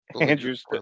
Andrew's